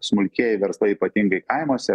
smulkieji verslai ypatingai kaimuose